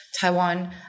taiwan